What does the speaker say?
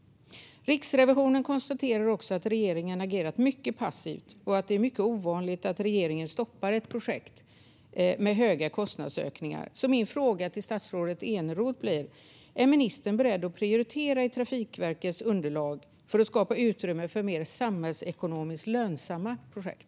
Riksrevisionen konstaterar också att regeringen har agerat passivt och att det är mycket ovanligt att regeringen stoppar ett projekt med höga kostnadsökningar. Min fråga till statsrådet Eneroth blir därför: Är statsrådet beredd att prioritera i Trafikverkets underlag för att skapa utrymme för mer samhällsekonomiskt lönsamma projekt?